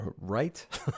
right